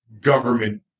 government